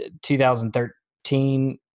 2013